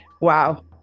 wow